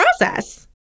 process